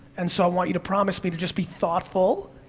and so, i want you to promise me to just be thoughtful,